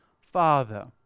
Father